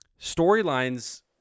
Storylines